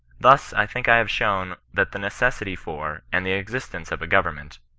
thus i think i have shown that the necessity for, and the existence of a government,